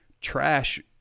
trash